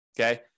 okay